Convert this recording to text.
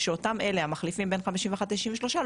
שאותם אלה המחליפים בין 51 ל- 63,